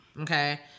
Okay